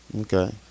Okay